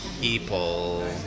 People